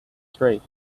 straight